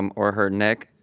and or her neck.